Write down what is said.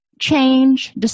change